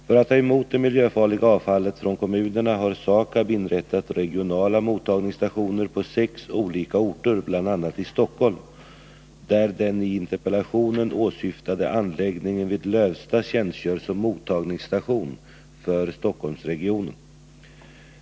För att ta emot det miljöfarliga avfallet från kommunerna har SAKAB inrättat regionala mottagningsstationer på sex olika orter, bl.a. i Stockholm, där den i interpellationen åsyftade anläggningen vid Lövsta tjänstgör som mottagningsstation för Stockholmsregionen.